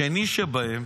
השני שבהם